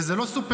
וזה לא סופרלטיב.